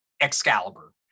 Excalibur